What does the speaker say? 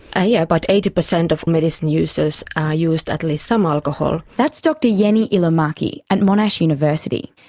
ah yeah but eighty percent of medicine users use at least some alcohol. that's dr jenni ilomaki at monash university.